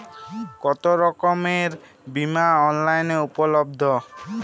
কতোরকমের বিমা অনলাইনে উপলব্ধ?